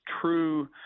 true